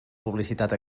publicitat